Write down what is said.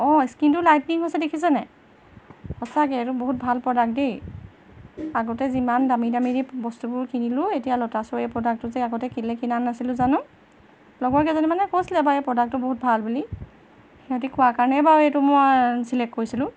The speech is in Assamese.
অঁ স্কিনটো লাইটনিং হৈছে দেখিছে নাই সঁচাকে এইটো বহুত ভাল প্ৰডাক্ট দেই আগতে যিমান দামী দামী দি বস্তুবোৰ কিনিলোঁ এতিয়া ল'টাচৰ এই প্ৰডাক্টটো যে আগতে কেলৈ কিনা নাছিলোঁ জানো লগৰ কেইজনীমানে কৈছিলে বাৰু এই প্ৰডাক্টটো বহুত ভাল বুলি সিহঁতি কোৱা কাৰণেই বাৰু এইটো মই চিলেক্ট কৰিছিলোঁ